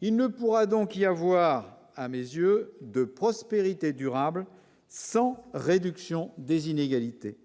il ne pourra donc il y avoir, à mes yeux de prospérité durable sans réduction des inégalités.